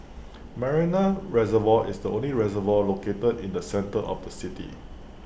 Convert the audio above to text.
Marina Reservoir is the only reservoir located in the centre of the city